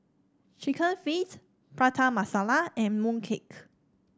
chicken feet Prata Masala and mooncake